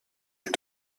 est